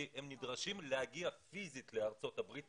כי הם נדרשים להגיע פיזית לארצות הברית,